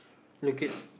looking